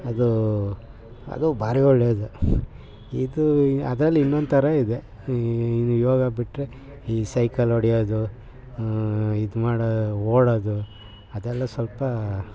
ಅದು ಅದು ಭಾರೀ ಒಳ್ಳೆಯದು ಇದು ಅದ್ರಲ್ಲಿ ಇನ್ನೊಂದು ಥರ ಇದೆ ಈ ಯೋಗ ಬಿಟ್ಟರೆ ಈ ಸೈಕಲ್ ಒಡೆಯೋದು ಇದ್ಮಾಡೋ ಓಡೋದು ಅದೆಲ್ಲ ಸ್ವಲ್ಪ